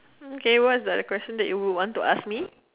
okay what's the other question that you would want to ask me